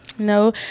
No